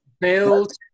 build